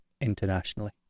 internationally